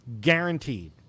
guaranteed